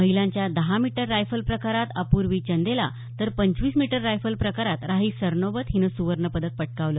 महिलांच्या दहा metre rifle प्रकारात अपूर्वी चंदेला तर पंचवीस मीटर रायफल प्रकारात राही सरनोबत हीनं सुवर्णपदक पटकावलं